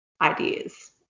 ideas